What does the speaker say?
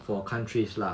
for countries lah